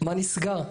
מה נסגר?